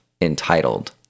entitled